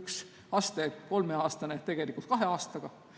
üks kolmeaastane aste tegelikult kahe aastaga,